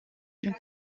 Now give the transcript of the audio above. une